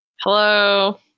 Hello